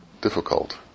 difficult